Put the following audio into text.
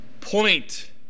point